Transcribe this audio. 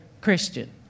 Christian